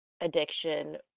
addiction